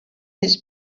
his